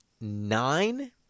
nine